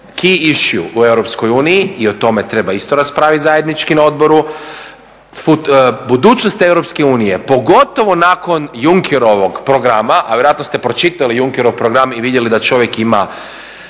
Europskoj uniji. I o tome treba isto raspraviti zajednički na odboru. Budućnost EU pogotovo nakon Junckerovog programa, a vjerojatno ste pročitali Junckerov program i vidjeli da čovjek ima